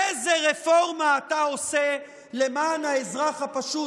איזו רפורמה אתה עושה למען האזרח הפשוט,